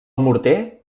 morter